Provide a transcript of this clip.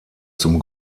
zum